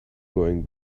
going